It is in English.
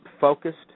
focused